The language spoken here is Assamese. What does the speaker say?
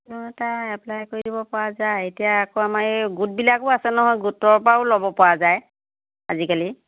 লোন এটা এপ্লাই কৰিব দিব পৰা যায় এতিয়া আকৌ আমাৰ এই গোটবিলাকো আছে নহয় গোটৰ পৰাও ল'ব পৰা যায় আজিকালি